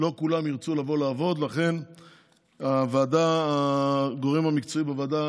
ולא כולם ירצו לבוא לעבוד, הגורם המקצועי בוועדה